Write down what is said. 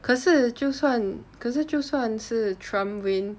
可是就算可是就算是 trump win